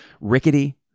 rickety